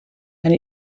and